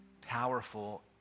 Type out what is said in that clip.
powerful